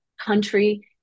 country